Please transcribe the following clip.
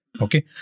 Okay